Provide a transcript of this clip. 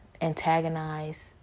antagonize